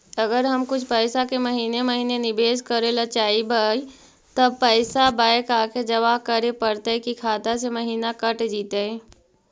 अगर हम कुछ पैसा के महिने महिने निबेस करे ल चाहबइ तब पैसा बैक आके जमा करे पड़तै कि खाता से महिना कट जितै?